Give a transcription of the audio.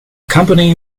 company